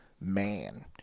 man